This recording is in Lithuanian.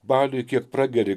baliui kiek prageri